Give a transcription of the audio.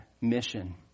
mission